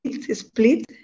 split